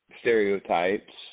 stereotypes